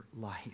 life